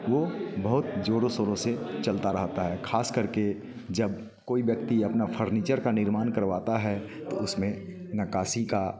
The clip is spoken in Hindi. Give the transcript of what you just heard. वो बहुत ज़ोरो शोरों से चलता रहता है खास करके जब कोई व्यक्ति अपना फर्नीचर का निर्माण करवाता है तो उसमें नक्कासी का